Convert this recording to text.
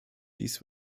dies